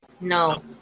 No